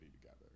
together